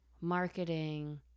marketing